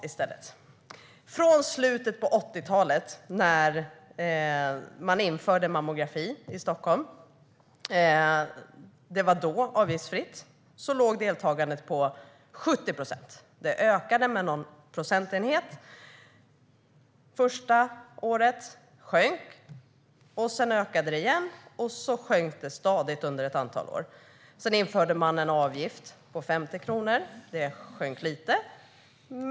I slutet av 80-talet när man införde mammografi avgiftsfritt i Stockholm låg deltagandet på 70 procent. Det ökade med någon procentenhet första året, sjönk, och sedan ökade det igen. Sedan sjönk det stadigt under ett antal år. Sedan införde man en avgift på 50 kronor, och det sjönk lite.